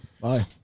Bye